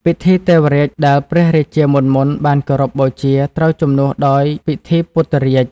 ពិធីទេវរាជដែល ព្រះរាជាមុនៗបានគោរពបូជាត្រូវជំនួសដោយពិធីពុទ្ធរាជ ។